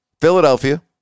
Philadelphia